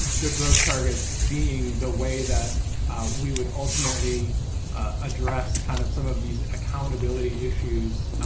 the growth targets being the way that we would ultimately address kind of some of these accountability issues